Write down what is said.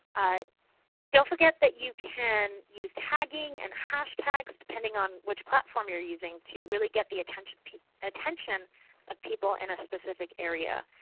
ah don't forget that you can use tagging and hashtags depending on which platform you are using to really get the attention attention of people in a specific area.